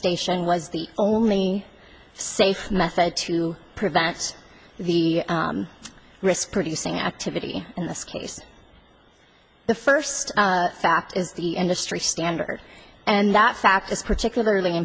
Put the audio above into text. station was the only safe method to prevent the risk producing activity in this case the first fact is the industry standard and that fact is particularly